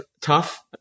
tough